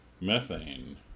methane